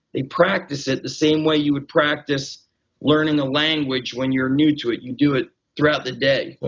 they practice it. the same way you would practice learning a language when you're new to it, you do it throughout the day.